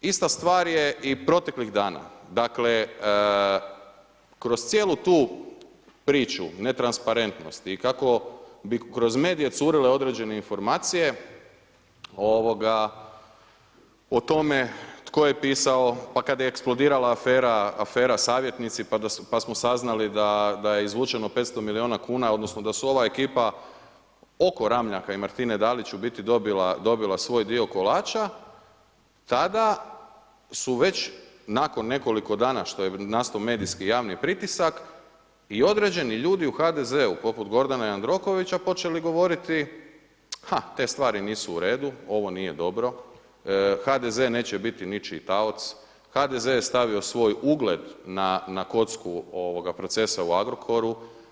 Ista stvar je i proteklih dana, dakle kroz cijelu tu priču netransparentnosti i kako bi kroz medije curile određene informacije o tome tko je pisao pa kada je eksplodirala afera Savjetnici, pa smo saznali da je izvučeno 500 milijuna kuna odnosno da je ova ekipa oko Ramljaka i Martine DAlić dobila svoj dio kolača, tada su već nakon nekoliko dana što je nastao medijski javni pritisak i određeni ljudi u HDZ-u poput Gordana Jandrokovića počeli govoriti, ha te stvari nisu uredu, ovo nije dobro, HDZ neće biti ničiji taoc, HDZ je stavio svoj ugled na kocku procesa u Agrokoru.